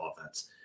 offense